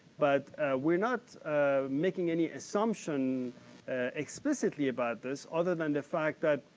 but we're not making any assumption explicitly about this, other than the fact that,